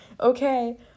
okay